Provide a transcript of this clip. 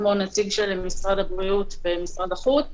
כמו נציג של משרד הבריאות ומשרד החוץ.